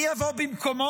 מי יבוא במקומו?